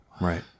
right